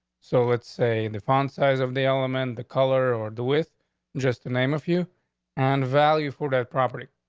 so let's say the found size of the element the color or do with just the name of you and value for that property.